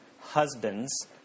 husbands